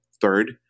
Third